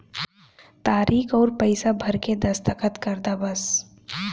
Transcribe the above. तारीक अउर पइसा भर के दस्खत कर दा बस